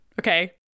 okay